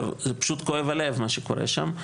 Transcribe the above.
זה פשוט כואב הלב מה שקורה שם.